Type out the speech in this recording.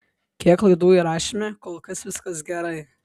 kiek laidų įrašėme kol kas viskas gerai